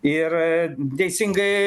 ir teisingai